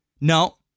No